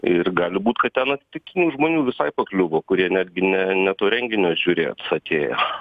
ir gali būt kad ten atsitiktinių žmonių visai pakliuvo kurie netgi ne ne to renginio žiūrėjo atėjo